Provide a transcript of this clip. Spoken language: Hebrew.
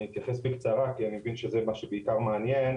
אני אתייחס בקצרה כי אני מבין שזה מה שבעיקר מעניין.